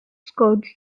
scored